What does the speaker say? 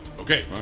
Okay